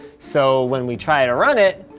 so when we try to run it,